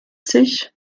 sich